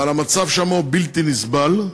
אבל המצב שם הוא בלתי נסבל.